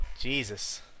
Jesus